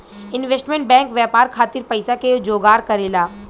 investment bank व्यापार खातिर पइसा के जोगार करेला